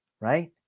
right